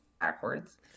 Backwards